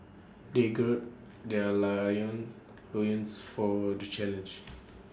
they gird their lion loins for the challenge